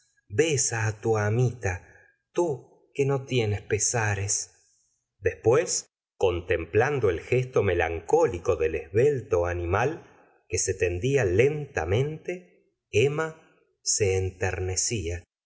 besa tu amita tú que no tienes pesares después contemplando el gesto melancólico del esbelto animal que se tendía lentamente emma se enternecía y